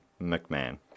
McMahon